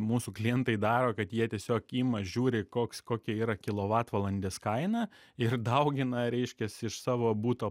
mūsų klientai daro kad jie tiesiog ima žiūri koks kokia yra kilovatvalandės kaina ir daugina reiškiasi iš savo buto